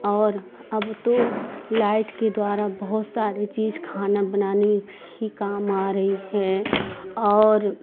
और अब तो लैट के द्वारा बहुत सारी चीज़ खाना बनाने में भी काम आ रही हैं और